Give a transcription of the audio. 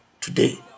today